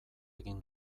egin